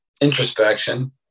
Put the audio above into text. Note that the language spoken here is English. Introspection